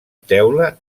teula